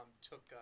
took